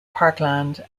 parkland